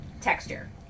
texture